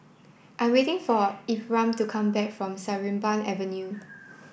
I am waiting for Ephraim to come back from Sarimbun Avenue